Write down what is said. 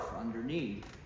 underneath